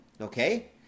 okay